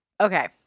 okay